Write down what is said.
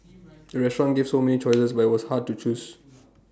the restaurant gave so many choices that was hard to choose